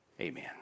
Amen